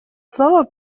слово